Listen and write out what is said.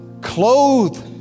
clothed